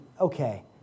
okay